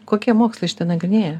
kokie mokslai šitą nagrinėja